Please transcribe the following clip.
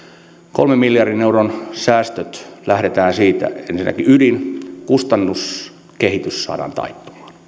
kolmen miljardin euron säästöjen ydin lähdetään ensinnäkin siitä on että kustannuskehitys saadaan taittumaan